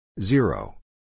zero